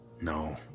No